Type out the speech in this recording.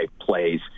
plays